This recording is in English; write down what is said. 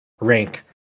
rank